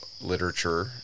Literature